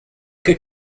che